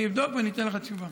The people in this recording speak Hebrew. אני אבדוק ואני אתן לך תשובה.